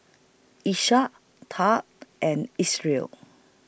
Iesha Tad and its Real